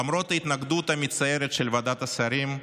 למרות ההתנגדות המצערת של ועדת השרים,